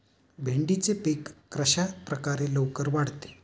भेंडीचे पीक कशाप्रकारे लवकर वाढते?